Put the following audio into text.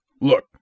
look